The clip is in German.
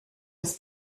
das